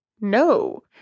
no